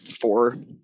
four